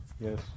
Yes